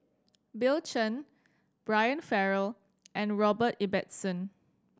Bill Chen Brian Farrell and Robert Ibbetson